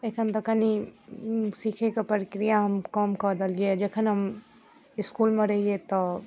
एखन तऽ कनि सिखैके प्रक्रिया हम कम कऽ देलिए जखन हम इसकुलमे रहिए तऽ